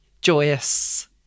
joyous